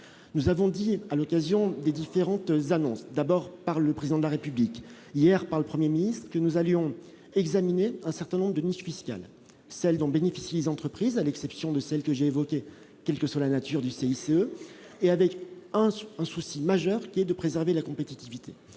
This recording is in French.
nous avons dit à l'occasion des différentes annonces d'abord par le président de la République, hier, par le 1er ministre que nous allions examiner un certain nombre de niches fiscales, celle dont bénéficient les entreprises, à l'exception de celle que j'ai, quelle que soit la nature du CICE et avec un souci majeur, qui est de préserver la compétitivité